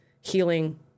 healing